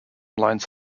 lines